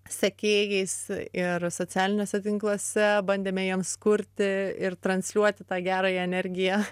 sekėjais ir socialiniuose tinkluose bandėme jiems kurti ir transliuoti tą gerąją energiją